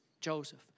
Joseph